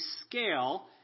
scale